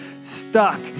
stuck